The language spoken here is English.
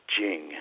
Jing